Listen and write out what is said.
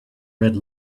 red